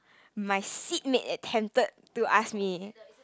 my seat mate attempted to ask me